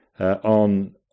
on